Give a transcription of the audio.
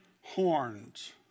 Horns